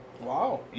Wow